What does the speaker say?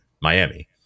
Miami